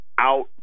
out